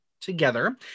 together